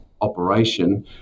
operation